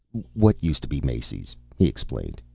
what used to be macy's, he explained.